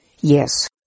Yes